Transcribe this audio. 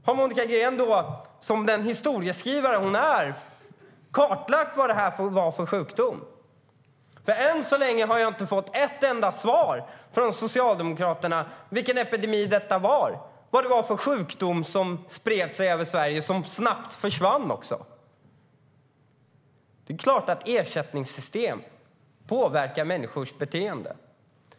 Har Monica Green, som den historieskrivare hon är, kartlagt vad det var för sjukdom? Det är klart att ersättningssystem påverkar människors beteende.